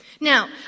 Now